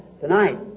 tonight